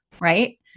right